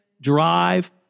drive